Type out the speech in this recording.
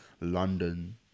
london